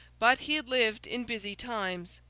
but he had lived in busy times,